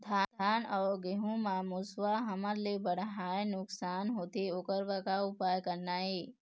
धान अउ गेहूं म मुसवा हमन ले बड़हाए नुकसान होथे ओकर बर का उपाय करना ये?